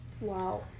wow